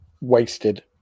wasted